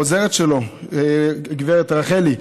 תודה לעוזרת שלו, לגב' רחלי,